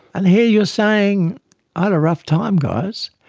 and here you were saying i had a rough time guys,